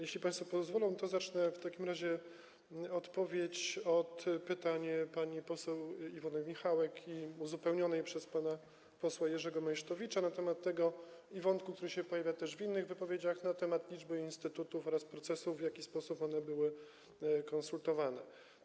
Jeśli państwo pozwolą, zacznę w takim razie odpowiedź od pytań pani poseł Iwony Michałek, uzupełnionych przez pana posła Jerzego Meysztowicza na temat tego wątku, który się pojawiał też w innych wypowiedziach - liczby instytutów oraz procesów, w jaki sposób to było konsultowane.